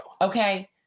Okay